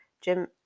Jim